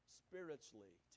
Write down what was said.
spiritually